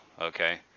okay